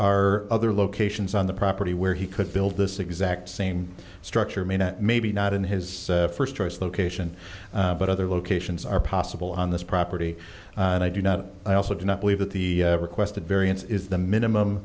are other locations on the property where he could build this exact same structure may not maybe not in his first choice location but other locations are possible on this property and i do not i also do not believe that the requested variance is the minimum